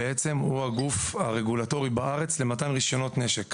בעצם הוא הגוף הרגולטורי בארץ למתן רישיונות נשק